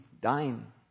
dying